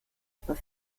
aber